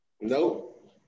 Nope